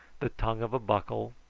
the tongue of a buckle,